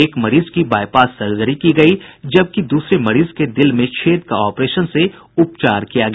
एक मरीज की बायपास सर्जरी की गयी जबकि द्रसरे मरीज के दिल में छेद का ऑपरेशन से उपचार किया गया